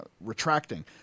retracting